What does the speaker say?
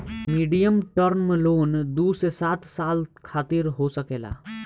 medium term loan दू से सात साल खातिर हो सकेला